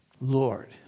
Lord